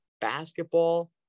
Basketball